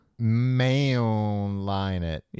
Mayonnaise